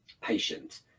patient